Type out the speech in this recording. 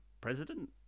president